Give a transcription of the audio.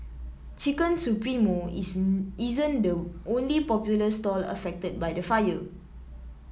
Chicken Supremo isn't the only popular stall affected by the fire